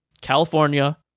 California